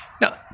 Now